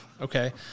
okay